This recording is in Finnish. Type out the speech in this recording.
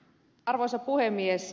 arvoisa puhemies